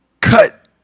cut